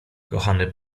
kochany